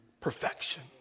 perfection